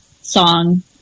song